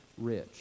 rich